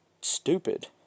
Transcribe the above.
stupid